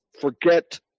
Forget